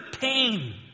pain